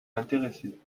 intéresser